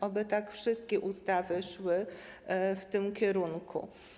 Oby wszystkie ustawy szły w tym kierunku.